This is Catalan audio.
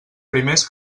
primers